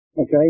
Okay